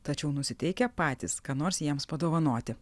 tačiau nusiteikę patys ką nors jiems padovanoti